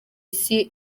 isi